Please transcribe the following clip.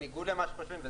בניגוד למה שחושבים,